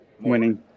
Winning